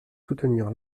soutenir